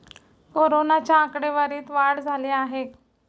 कोरोनाच्या आकडेवारीत वाढ झाली आहे